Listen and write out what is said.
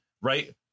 Right